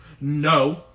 No